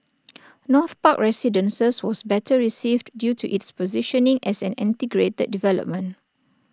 north park residences was better received due to its positioning as an integrated development